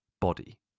body